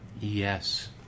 Yes